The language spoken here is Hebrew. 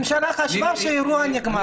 הממשלה חשבה שהאירוע נגמר.